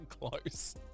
close